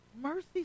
Mercy